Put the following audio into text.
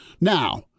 Now